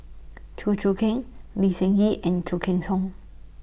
Chew Choo Keng Lee Seng Gee and Khoo Cheng Tiong